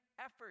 effort